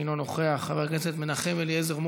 אינו נוכח, חבר הכנסת מנחם אליעזר מוזס,